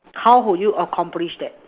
how would you accomplish that